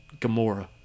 Gamora